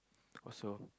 also